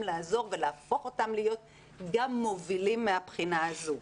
לעזור ולהפוך אותם להיות גם מובילים מהבחינה הזו.